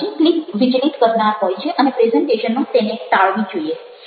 clip વિચલિત કરનાર હોય છે અને પ્રેઝન્ટેશનમાં તેને ટાળવી જોઈએ